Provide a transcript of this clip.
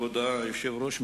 כבוד היושב-ראש,